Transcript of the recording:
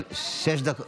אבל שש דקות,